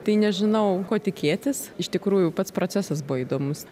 tai nežinau ko tikėtis iš tikrųjų pats procesas buvo įdomus